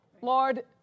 Lord